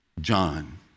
John